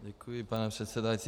Děkuji, pane předsedající.